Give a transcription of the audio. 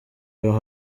your